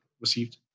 received